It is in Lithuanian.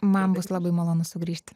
man bus labai malonu sugrįžt